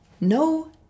no